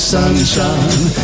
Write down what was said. sunshine